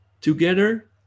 together